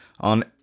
on